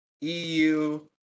EU